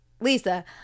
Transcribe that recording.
Lisa